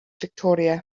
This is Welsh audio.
fictoria